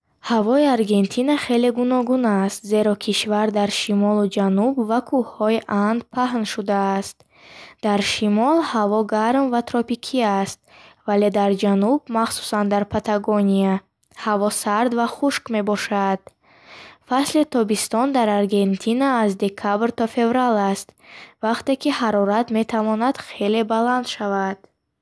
Ҳавои Аргентина хеле гуногун аст, зеро кишвар дар шимолу ҷануб ва кӯҳҳои Анд паҳн шудааст. Дар шимол ҳаво гарм ва тропикӣ аст, вале дар ҷануб, махсусан дар Патагония, ҳаво сард ва хушк мебошад. Фасли тобистон дар Аргентина аз декабр то феврал аст, вақте ки ҳарорат метавонад хеле баланд шавад.